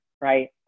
right